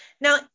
Now